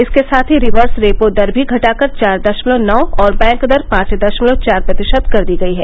इसके साथ ही रिक्स रेपो दर भी घटाकर चार दशमलव नौ और बैंक दर पांच दशमलव चार प्रतिशत कर दी गई है